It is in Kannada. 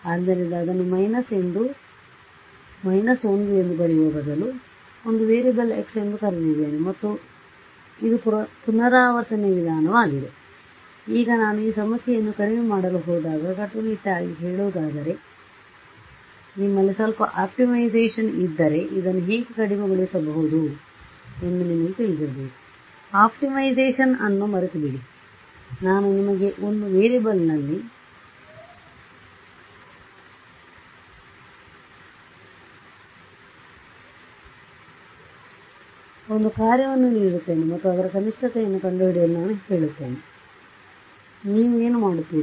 ಆದ್ದರಿಂದ ಅದನ್ನು ಮೈನಸ್ 1 ಎಂದು ಬರೆಯುವ ಬದಲು ಒಂದು ವೇರಿಯಬಲ್ x ಎಂದು ಕರೆದಿದ್ದೇನೆ ಮತ್ತು ಇದು ಪುನರಾವರ್ತನೆಯ ವಿಧಾನವಾಗಿದೆ ಈಗ ನಾನು ಈ ಸಮಸ್ಯೆಯನ್ನು ಕಡಿಮೆ ಮಾಡಲು ಹೋದಾಗ ಕಟ್ಟುನಿಟ್ಟಾಗಿ ಹೇಳುವುದಾದರೆ ನಿಮ್ಮಲ್ಲಿ ಸ್ವಲ್ಪ ಆಪ್ಟಿಮೈಸೇಶನ್ ಇದ್ದರೆ ಇದನ್ನು ಹೇಗೆ ಕಡಿಮೆಗೊಳಿಸುವುದು ಎಂದು ನಿಮಗೆ ತಿಳಿದಿರಬೇಕು ಆಪ್ಟಿಮೈಸೇಶನ್ ಅನ್ನು ಮರೆತುಬಿಡಿ ನಾನು ನಿಮಗೆ 1 ವೇರಿಯೇಬಲ್ನಲ್ಲಿ ಒಂದು ಕಾರ್ಯವನ್ನು ನೀಡುತ್ತೇನೆ ಮತ್ತು ಅದರ ಕನಿಷ್ಠತೆಯನ್ನು ಕಂಡುಹಿಡಿಯಲು ನಾನು ಕೇಳುತ್ತೇನೆ ನೀವು ಏನು ಮಾಡುತ್ತೀರಿ